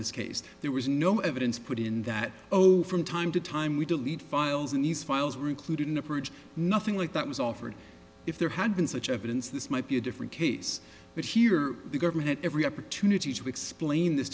this case there was no evidence put in that oh from time to time we delete files in these files were included in the bridge nothing like that was offered if there had been such evidence this might be a different case but here the government had every opportunity to explain this